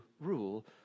rule